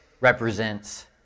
represents